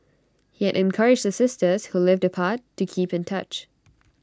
he had encouraged the sisters who lived apart to keep in touch